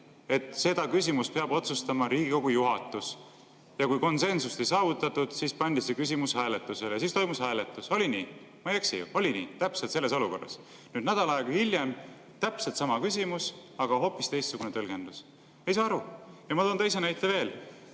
et selle küsimuse peab otsustama Riigikogu juhatus. Ja kui konsensust ei saavutatud, siis pandi see küsimus hääletusele ja toimuski hääletus. Oli nii, ma ei eksi ju? Täpselt sama olukord. Nüüd, nädal aega hiljem on täpselt sama küsimus, aga hoopis teistsugune tõlgendus. Ma ei saa aru. Toon veel teisegi näite.